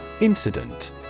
Incident